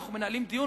אנחנו מנהלים דיון,